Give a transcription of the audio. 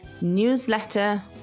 Newsletter